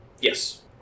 yes